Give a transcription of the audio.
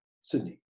Sydney